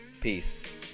peace